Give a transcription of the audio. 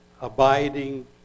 abiding